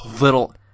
little